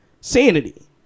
sanity